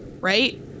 Right